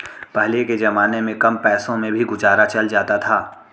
पहले के जमाने में कम पैसों में भी गुजारा चल जाता था